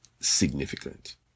significant